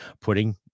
putting